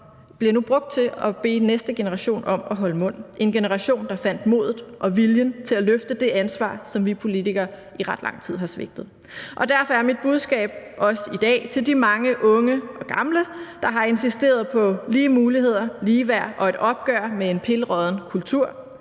bliver nu brugt til at bede næste generation om at holde mund – en generation, der fandt modet og viljen til at løfte det ansvar, som vi politikere i ret lang tid har svigtet. Og derfor er mit budskab, også i dag, til de mange unge og gamle, der har insisteret på lige muligheder, ligeværd og et opgør med en pilrådden kultur: